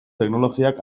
teknologiak